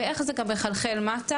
ואיך זה גם מחלחל מטה,